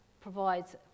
provides